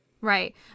Right